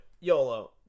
YOLO